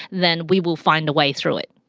then we will find a way through it.